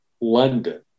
London